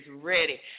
ready